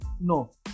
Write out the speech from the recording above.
No